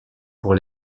pour